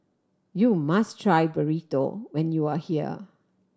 you must try Burrito when you are here